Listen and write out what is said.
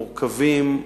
מורכבים.